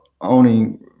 owning